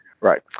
Right